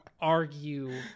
argue